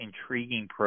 intriguing